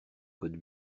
code